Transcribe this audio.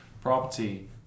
property